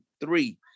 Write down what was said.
three